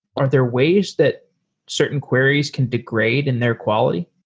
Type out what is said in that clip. are there ways that certain queries can degrade in their quality?